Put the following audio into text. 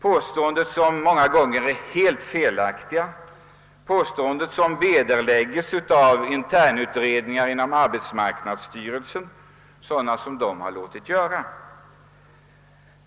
Detta är många gånger helt felaktigt, och påståendena vederlägges också helt av interna utredningar som arbetsmarknadsstyrelsen har låtit göra.